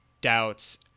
doubts